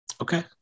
Okay